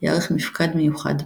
ייערך מפקד מיוחד,